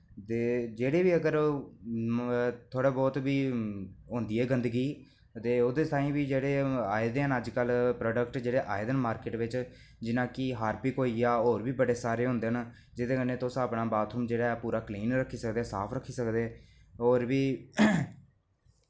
ते जेह्ड़ी बी अगर थोह्ड़ा बहुत बी होंदी ऐ गंदगी ते ओह्दे ताहीं बी दे जेह्ड़े अज्जकल प्रोडक्ट जेह्ड़े आए दे न अज्जकल जि'यां की हार्पिक होइया होर बी बड़े सारे न जेह्दे कन्नै जेह्ड़ा बाथरूम ऐ तुस उसी क्लीन रक्खी सकदे ओ साफ रक्खी सकदे होर बी